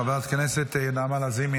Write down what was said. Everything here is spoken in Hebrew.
חבר הכנסת נעמה לזימי,